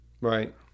right